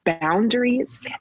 boundaries